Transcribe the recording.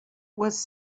was